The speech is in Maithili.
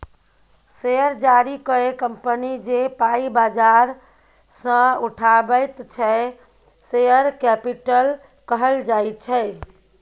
शेयर जारी कए कंपनी जे पाइ बजार सँ उठाबैत छै शेयर कैपिटल कहल जाइ छै